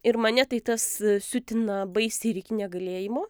ir mane tai tas siutina baisiai ir iki negalėjimo